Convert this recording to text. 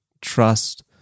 Trust